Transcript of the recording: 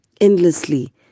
endlessly